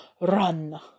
Run